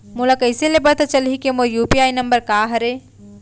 मोला कइसे ले पता चलही के मोर यू.पी.आई नंबर का हरे?